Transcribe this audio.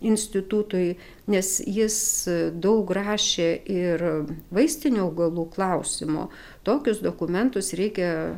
institutui nes jis daug rašė ir vaistinių augalų klausimu tokius dokumentus reikia